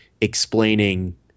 explaining